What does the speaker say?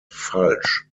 falsch